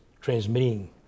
transmitting